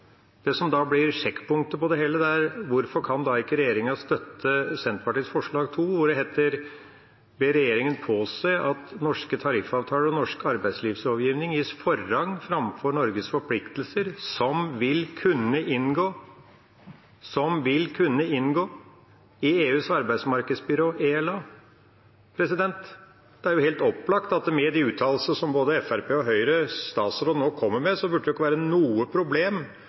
Det som da blir sjekkpunktet for det hele, er hvorfor regjeringa ikke kan støtte Senterpartiets forslag nr. 2, der det heter: «Stortinget ber regjeringen påse at norske tariffavtaler og norsk arbeidslivslovgivning gis forrang fremfor Norges forpliktelser som vil kunne inngå i EUs arbeidsmarkedsbyrå ELA Det er jo helt opplagt at med de uttalelsene som både Fremskrittspartiet og Høyres statsråd kommer med, burde det ikke være noe problem